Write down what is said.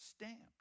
Stamped